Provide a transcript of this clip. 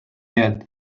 yet